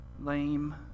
lame